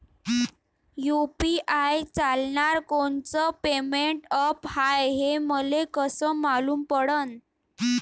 UPI चालणारं कोनचं payment app हाय, हे मले कस मालूम पडन?